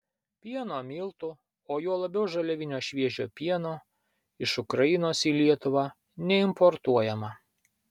pieno miltų o juo labiau žaliavinio šviežio pieno iš ukrainos į lietuvą neimportuojama